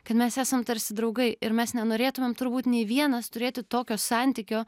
kad mes esam tarsi draugai ir mes nenorėtumėm turbūt nei vienas turėti tokio santykio